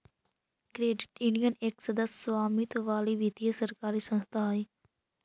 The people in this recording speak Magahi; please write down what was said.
क्रेडिट यूनियन एक सदस्य स्वामित्व वाली वित्तीय सरकारी संस्था हइ